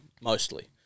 mostly